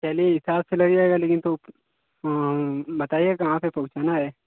चलिए हिसाब से लग जाएगा लेकिन तो बताइए कहाँ पर पहुँचाना है